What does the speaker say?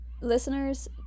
listeners